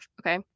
okay